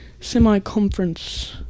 semi-conference